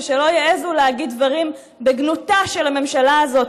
ושלא יעזו להגיד דברים בגנותה של הממשלה הזאת,